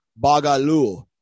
Bagaloo